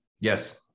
Yes